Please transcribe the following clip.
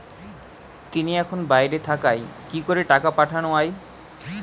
তিনি এখন বাইরে থাকায় কি করে টাকা পাঠানো য়ায়?